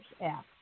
app